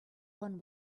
one